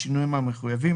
בשינויים המחויבים,